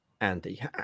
Andy